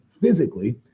physically